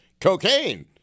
Cocaine